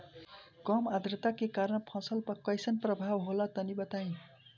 कम आद्रता के कारण फसल पर कैसन प्रभाव होला तनी बताई?